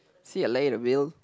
see ya later Bill